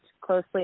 closely